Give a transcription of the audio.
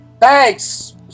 Thanks